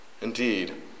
indeed